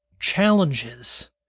challenges